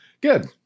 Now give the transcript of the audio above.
Good